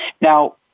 Now